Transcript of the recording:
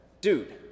Dude